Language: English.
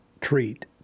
treat